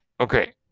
Okay